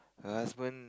her husband